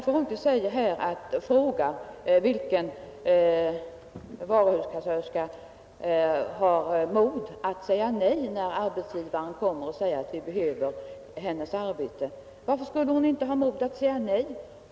Fru Holmqvist frågade vilken varuhuskassörska som har mod att säga nej, när arbetsgivaren kommer och säger att han behöver hennes hjälp. Varför skulle hon inte ha mod att säga nej?